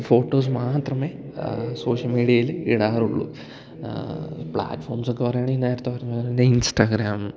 photos മാത്രമേ social മീഡിയയിൽ ഇടാറുള്ളു പ്ലാറ്റ്ഫോംസൊക്കെ പറയുകയാണെങ്കിൽ നേരത്തെ പറഞ്ഞ പോലെ തന്നെ ഇൻസ്റ്റാഗ്രാം